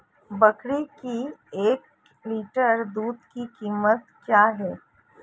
बकरी के एक लीटर दूध की कीमत क्या है?